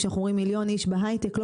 כשאנחנו אומרים מיליון איש בהייטק לא